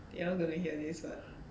you want hear this but